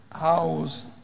house